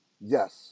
Yes